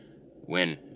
win